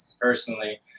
personally